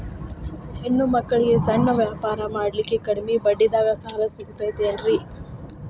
ಹೆಣ್ಣ ಮಕ್ಕಳಿಗೆ ಸಣ್ಣ ವ್ಯಾಪಾರ ಮಾಡ್ಲಿಕ್ಕೆ ಕಡಿಮಿ ಬಡ್ಡಿದಾಗ ಸಾಲ ಸಿಗತೈತೇನ್ರಿ?